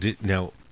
now